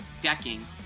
decking